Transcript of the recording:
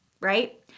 right